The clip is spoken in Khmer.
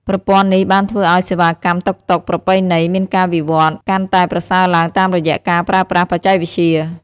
ប្រព័ន្ធនេះបានធ្វើឲ្យសេវាកម្មតុកតុកប្រពៃណីមានការវិវត្តន៍កាន់តែប្រសើរឡើងតាមរយៈការប្រើប្រាស់បច្ចេកវិទ្យា។